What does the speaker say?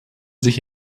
sich